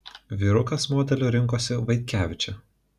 vyrukas modeliu rinkosi vaitkevičę